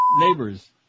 neighbors